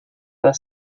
their